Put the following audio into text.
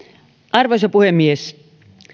arvoisa puhemies